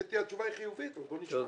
ואם תהיה תשובה חיובית אז בואו נשמע.